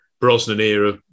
Brosnan-era